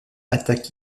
attaque